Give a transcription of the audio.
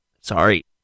Sorry